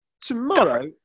tomorrow